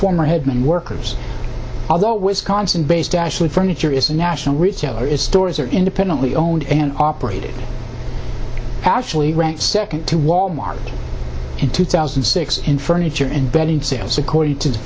former head men workers although wisconsin based ashley furniture is a national retailer is stores are independently owned and operated actually ranked second to wal mart in two thousand and six in furniture and bedding sales according to the